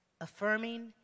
Affirming